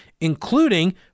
including